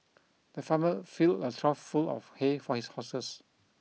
the farmer filled a trough full of hay for his horses